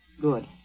good